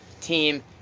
team